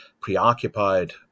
preoccupied